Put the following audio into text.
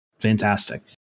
Fantastic